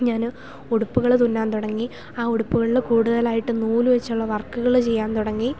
ഞാൻ ഉടുപ്പുകൾ തുന്നാൻ തുടങ്ങി ആ ഉടുപ്പുകൾ കൂടുതലായിട്ട് നൂൽ വച്ചുള്ള വർക്കുകൾ ചെയ്യാൻ തുടങ്ങി